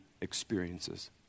experiences